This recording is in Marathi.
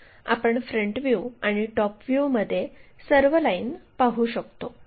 मग आपण फ्रंट व्ह्यू आणि टॉप व्ह्यूमध्ये सर्व लाईन पाहू शकतो